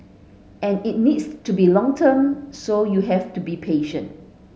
and it needs to be long term so you have to be patient